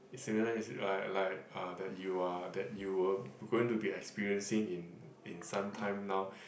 is similar is it like like ah that you are that you were going to be experiencing in in some time now